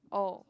oh